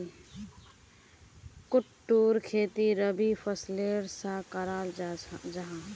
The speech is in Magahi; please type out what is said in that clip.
कुट्टूर खेती रबी फसलेर सा कराल जाहा